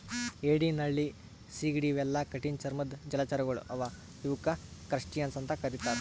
ಏಡಿ ನಳ್ಳಿ ಸೀಗಡಿ ಇವೆಲ್ಲಾ ಕಠಿಣ್ ಚರ್ಮದ್ದ್ ಜಲಚರಗೊಳ್ ಅವಾ ಇವಕ್ಕ್ ಕ್ರಸ್ಟಸಿಯನ್ಸ್ ಅಂತಾ ಕರಿತಾರ್